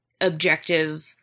objective